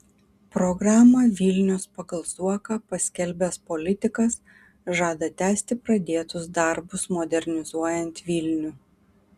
programą vilnius pagal zuoką paskelbęs politikas žada tęsti pradėtus darbus modernizuojant vilnių